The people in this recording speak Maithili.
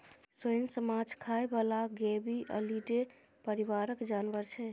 सोंइस माछ खाइ बला गेबीअलीडे परिबारक जानबर छै